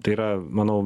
tai yra manau